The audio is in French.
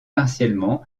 partiellement